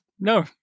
No